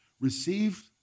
received